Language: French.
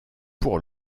pour